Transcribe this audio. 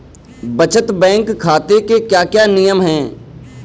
बचत बैंक खाते के क्या क्या नियम हैं?